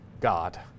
God